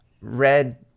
red